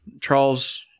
Charles